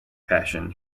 passion